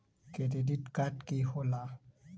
Credit card की होला?